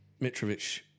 Mitrovic